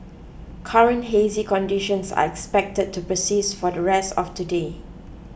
current hazy conditions are expected to persist for the rest of today